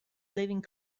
living